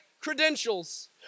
credentials